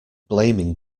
blaming